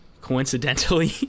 coincidentally